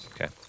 Okay